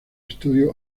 estudio